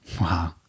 Wow